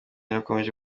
irakomeje